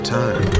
time